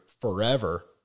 forever